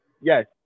Yes